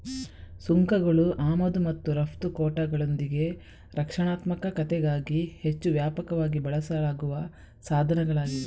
ಸುಂಕಗಳು ಆಮದು ಮತ್ತು ರಫ್ತು ಕೋಟಾಗಳೊಂದಿಗೆ ರಕ್ಷಣಾತ್ಮಕತೆಗಾಗಿ ಹೆಚ್ಚು ವ್ಯಾಪಕವಾಗಿ ಬಳಸಲಾಗುವ ಸಾಧನಗಳಾಗಿವೆ